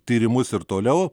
tyrimus ir toliau